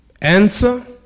Answer